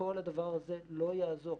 וכל הדבר הזה לא יעזור.